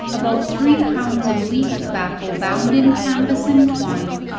about three pounds of leaf tobacco bound in canvas and twine,